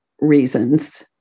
reasons